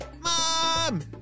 Mom